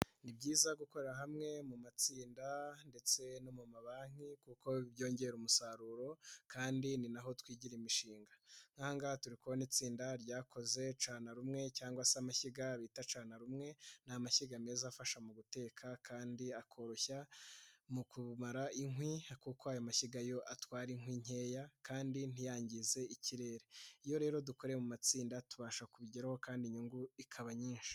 Ni byiza gukorera hamwe mu matsinda ndetse no mu mabanki kuko byongera umusaruro kandi ni na ho twigira imishinga, nk'aha ngaha turi kubona itsinda ryakoze cana rumwe cyangwa se amashyiga bita cana rumwe ni amashyiga meza afasha mu guteka kandi akoroshya mu kumara inkwi kuko ayo mashyiga yo atwara inkwi nkeya kandi ntiyangize ikirere, iyo rero dukoreye mu matsinda tubasha kubigeraho kandi inyungu ikaba nyinshi.